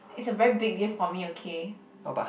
it's a very big diff for me okay